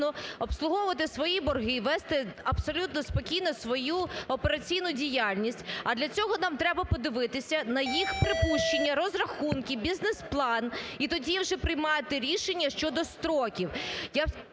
обслуговувати свої борги, вести абсолютно спокійно свою операційну діяльність. А для цього нам треба подивитися на їх припущення, розрахунки, бізнес-план і тоді вже приймати рішення щодо строків.